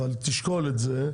אבל תשקול את זה.